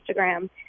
instagram